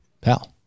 pal